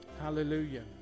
hallelujah